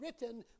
written